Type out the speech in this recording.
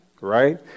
right